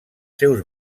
seus